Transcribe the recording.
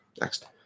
Next